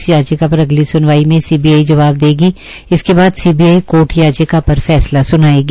इस याचिका पर अगली स्नवाई में सीबीआई जवाब देगी इसके बाद सीबीआई कोर्ट याचिका पर फैसला स्नायेगी